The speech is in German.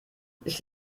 ich